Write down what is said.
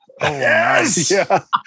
Yes